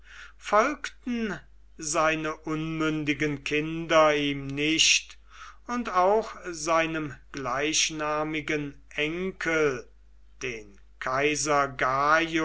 folgten seine unmündigen kinder ihm nicht und auch seinem gleichnamigen enkel den kaiser